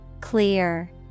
Clear